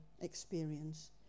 experience